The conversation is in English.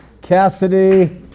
cassidy